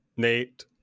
Nate